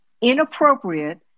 inappropriate